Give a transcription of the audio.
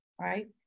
right